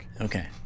Okay